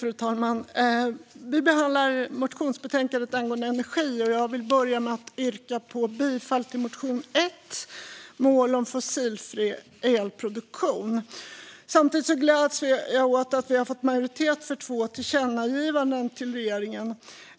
Fru talman! Vi behandlar ett motionsbetänkande om energi, och jag vill börja med att yrka bifall till reservation 1 om mål om en fossilfri elproduktion. Samtidigt gläds jag åt att vi har fått en majoritet i utskottet för två förslag till tillkännagivanden till regeringen,